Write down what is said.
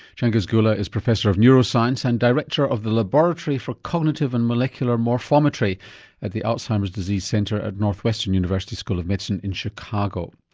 changiz geula is professor of neuroscience and director of the laboratory for cognitive and molecular morphometry at the alzheimer's disease center at northwestern university school of medicine in chicago.